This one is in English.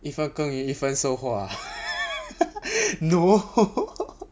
一分耕耘一分收获 no